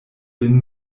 lin